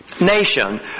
nation